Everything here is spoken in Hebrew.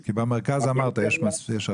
כי במרכז כמו שאמרת יש הרבה.